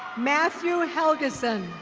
matthew helgison.